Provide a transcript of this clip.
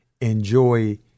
enjoy